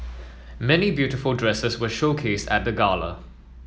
many beautiful dresses were showcased at the gala